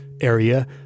area